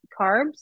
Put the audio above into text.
carbs